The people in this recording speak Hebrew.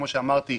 כמו שאמרתי,